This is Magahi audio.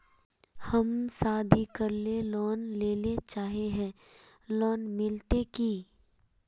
हम शादी करले लोन लेले चाहे है लोन मिलते की?